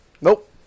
Nope